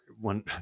one